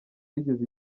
yigeze